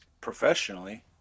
professionally